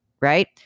right